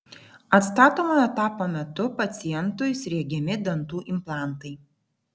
atstatomojo etapo metu pacientui sriegiami dantų implantai